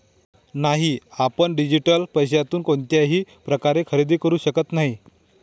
नाही, आपण डिजिटल पैशातून कोणत्याही प्रकारचे खरेदी करू शकत नाही